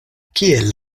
kiel